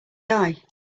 die